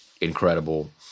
incredible